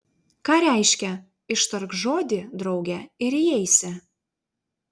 ką reiškia ištark žodį drauge ir įeisi